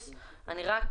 זה נתן ביסוס.